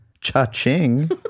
Cha-ching